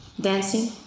dancing